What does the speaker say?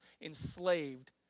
enslaved